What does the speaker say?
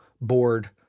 board